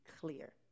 clear